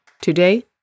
Today